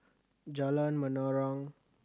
Jalan Menarong